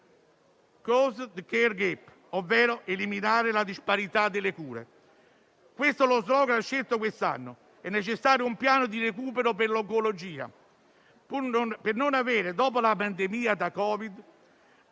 "*Close the care gap*", ovvero "eliminare la disparità delle cure", che è lo slogan scelto quest'anno. È necessario un piano di recupero per l'oncologia, per non avere, dopo la pandemia da Covid,